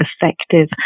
effective